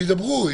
שידברו,